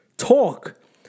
Talk